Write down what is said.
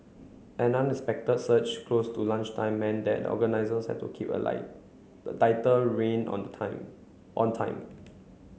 an unexpected surge close to lunchtime meant that organisers had to keep a the tighter rein on the time on time